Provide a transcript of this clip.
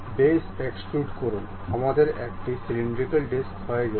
base extrude করুন আমাদের একটি সিলিন্ড্রিকাল ডিস্ক হয়ে গেছে